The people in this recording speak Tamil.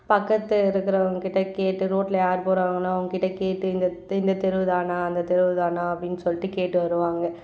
பக்கத்து இருக்கிறவங்ககிட்ட கேட்டு ரோட்டில் யார் போகறாங்களோ அவங்க கிட்ட கேட்டு இந்த தெ இந்த தெரு தானா அந்த தெருவு தானா அப்படின்னு சொல்லிட்டு கேட்டு வருவாங்க